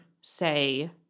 say